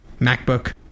MacBook